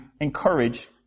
encourage